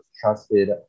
trusted